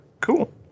cool